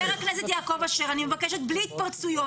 חבר הכנסת יעקב אשר, אני מבקשת בלי התפרצויות.